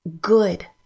good